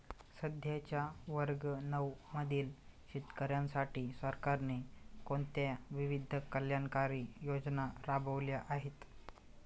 सध्याच्या वर्ग नऊ मधील शेतकऱ्यांसाठी सरकारने कोणत्या विविध कल्याणकारी योजना राबवल्या आहेत?